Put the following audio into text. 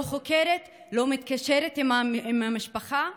לא חוקרת, לא מתקשרת עם המשפחה?